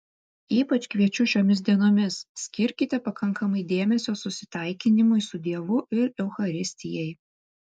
ypač kviečiu šiomis dienomis skirkite pakankamai dėmesio susitaikinimui su dievu ir eucharistijai